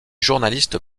journaliste